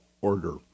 order